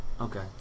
okay